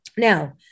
Now